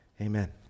Amen